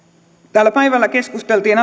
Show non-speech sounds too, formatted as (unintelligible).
täällä päivällä keskusteltiin (unintelligible)